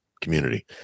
community